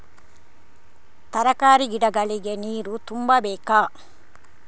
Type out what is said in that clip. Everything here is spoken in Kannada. ತರಕಾರಿ ಗಿಡಗಳಿಗೆ ನೀರು ತುಂಬಬೇಕಾ?